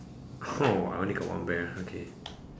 I only got one bear okay